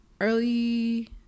early